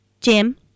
Jim